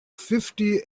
fifty